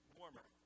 warmer